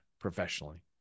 professionally